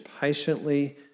patiently